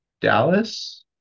Dallas